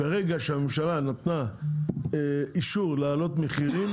ברגע שהממשלה נתנה אישור להעלות מחירים,